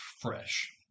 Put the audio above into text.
fresh